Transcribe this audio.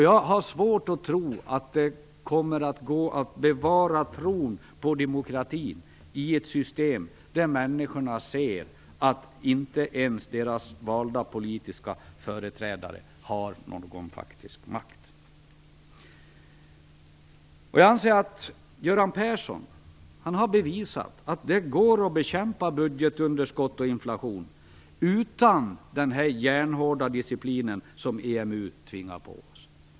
Jag har svårt att tro att det kommer att gå att bevara tron på demokratin i ett system där människorna ser att inte ens deras valda politiska företrädare har någon faktisk makt. Jag anser att Göran Persson har bevisat att det går att bekämpa budgetunderskott och inflation utan den järnhårda disciplin som EMU tvingar på oss.